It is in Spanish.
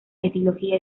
etiología